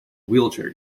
wheelchair